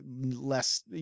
less